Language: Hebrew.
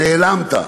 נעלמת,